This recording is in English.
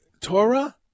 torah